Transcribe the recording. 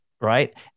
right